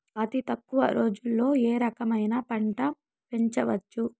అతి తక్కువ రోజుల్లో ఏ రకమైన పంట పెంచవచ్చు?